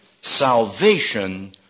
salvation